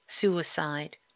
suicide